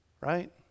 Right